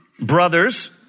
Brothers